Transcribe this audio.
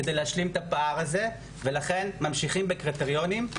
כדי להשלים את הפער הזה ולכן ממשיכים בקריטריונים,